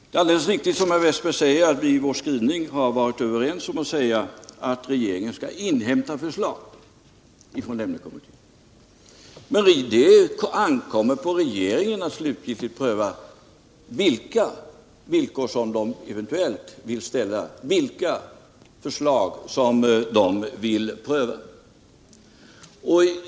Det är alldeles riktigt som Olle Wästberg i Stockholm säger, att vi i vår skrivning varit överens om att regeringen skall inhämta förslag från Lemnes utredning, men det ankommer ju på regeringen att slutgiltigt pröva vilka villkor som den eventuellt vill uppställa och vilka förslag den vill pröva.